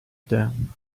them